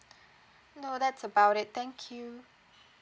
no that's about it thank you